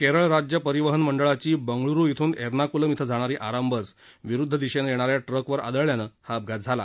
केरळ राज्य परिवहन मंडळाची बंगळूरु इथून एर्नाक्लम इथं जाणारी आरामबस विरुद्ध दिशेनं येणाऱ्या ट्रकवर आदळल्याम्ळे हा अपघात झाला